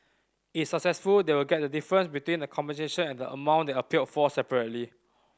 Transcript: if successful they will get the difference between the compensation and the amount they appealed for separately